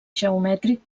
geomètric